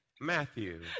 Matthew